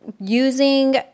using